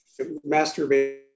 masturbate